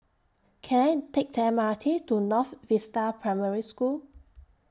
Can I Take The M R T to North Vista Primary School